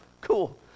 cool